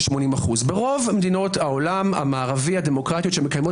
80%. ברוב מדינות העולם המערבי הדמוקרטיות שמקיימות